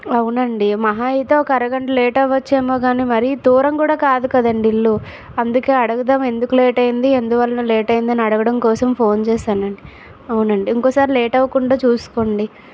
అవునండి మహా అయితే ఒక అరగంట లేట్ అవచ్చు ఏమో కానీ మరీ దూరం కూడా కాదు కదండి ఇల్లు అందుకే అడుగుదాం ఎందుకు లేట్ అయింది ఎందువల్ల లేట్ అయింది అని అడగడం కోసం ఫోన్ చేశాను అవునండి ఇంకోకసారి లేట్ అవ్వకుండా చూసుకోండి